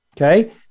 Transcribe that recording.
okay